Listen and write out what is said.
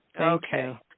Okay